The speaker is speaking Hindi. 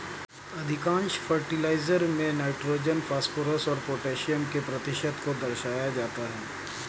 अधिकांश फर्टिलाइजर में नाइट्रोजन, फॉस्फोरस और पौटेशियम के प्रतिशत को दर्शाया जाता है